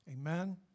Amen